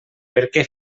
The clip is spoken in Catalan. perquè